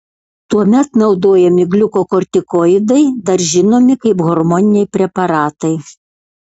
tuomet naudojami gliukokortikoidai dar žinomi kaip hormoniniai preparatai